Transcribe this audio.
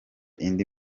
indi